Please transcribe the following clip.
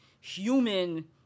human